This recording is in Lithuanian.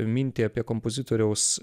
mintį apie kompozitoriaus